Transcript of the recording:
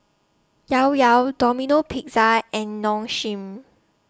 Llao Llao Domino Pizza and Nong Shim